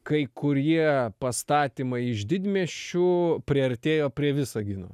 kai kurie pastatymai iš didmiesčių priartėjo prie visagino